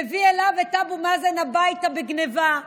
מביא אליו את אבו מאזן הביתה, בגניבה,